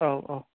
औ औ